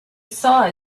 saw